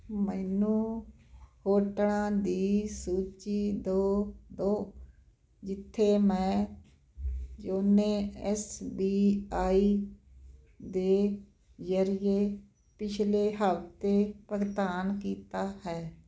ਮੈਨੂੰ ਹੋਟਲਾਂ ਦੀ ਸੂਚੀ ਦਿਓ ਦੋ ਜਿਥੇ ਮੈਂ ਯੋਨੋ ਐਸ ਬੀ ਆਈ ਦੇ ਜ਼ਰੀਏ ਪਿਛਲੇ ਹਫ਼ਤੇ ਭੁਗਤਾਨ ਕੀਤਾ ਹੈ